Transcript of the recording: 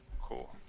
Cool